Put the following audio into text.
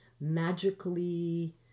magically